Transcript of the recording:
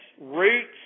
roots